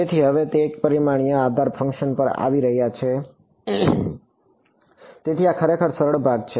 તેથી હવે એક પરિમાણીય આધાર ફંકશન પર આવી રહ્યા છીએ તેથી આ ખરેખર સરળ ભાગ છે